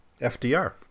FDR